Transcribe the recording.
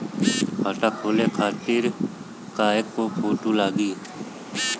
खाता खोले खातिर कय गो फोटो लागी?